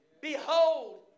Behold